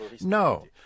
No